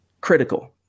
critical